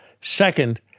Second